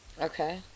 Okay